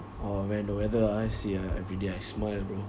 oh man the weather I see ah everyday I smile bro